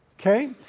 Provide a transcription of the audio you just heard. Okay